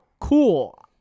cool